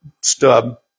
stub